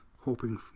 hoping